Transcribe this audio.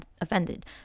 offended